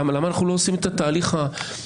למה אנחנו לא עושים את התהליך הרגיל והמקובל?